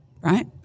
right